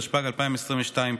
התשפ"ג 2022,